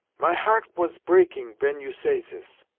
my heart was breaking ven you say sis.